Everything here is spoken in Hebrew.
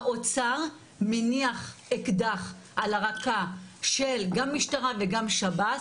האוצר מניח אקדח על הרקה של גם משטרה וגם שב"ס.